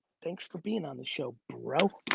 thanks for being on the show, bro.